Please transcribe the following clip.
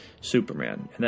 Superman